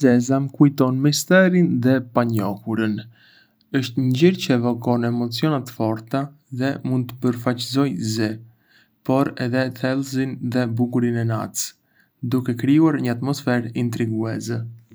E zeza më kujton misterin dhe të panjohurën. Është një ngjyrë çë evokon emocione të forta dhe mund të përfaçësojë zi, por edhe thellësinë dhe bukurinë e natës, duke krijuar një atmosferë intriguese.